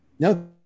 No